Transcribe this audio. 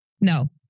No